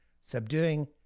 subduing